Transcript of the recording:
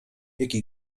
jaki